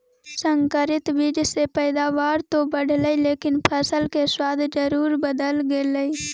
संकरित बीज से पैदावार तो बढ़लई लेकिन फसल के स्वाद जरूर बदल गेलइ